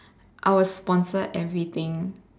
I would sponsor everything